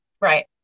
Right